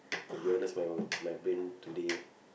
to be honest my my brain today